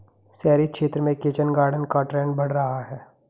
शहरी क्षेत्र में किचन गार्डन का ट्रेंड बढ़ रहा है